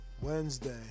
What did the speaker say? wednesday